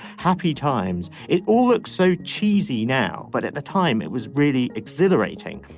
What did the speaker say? happy times. it all looks so cheesy now but at the time it was really exhilarating.